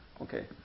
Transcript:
okay